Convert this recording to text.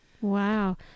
Wow